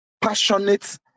passionate